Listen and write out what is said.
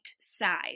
size